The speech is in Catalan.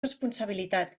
responsabilitat